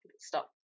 stop